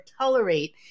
tolerate